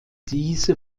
diese